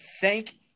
thank